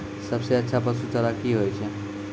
सबसे अच्छा पसु चारा की होय छै?